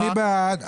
שמענו, אני בעד.